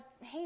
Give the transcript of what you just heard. hey